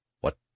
What